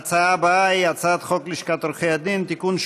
ההצעה הבאה היא הצעת חוק לשכת עורכי הדין (תיקון,